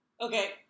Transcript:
Okay